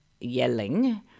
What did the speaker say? yelling